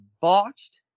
botched